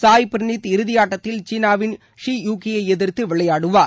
சாய் பிரவீத் இறுதியாட்டத்தில் சீனாவின் ஷி யூகியை எதிர்த்து விளைாயாடுவார்